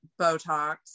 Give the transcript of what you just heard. Botox